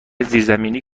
زیرزمینی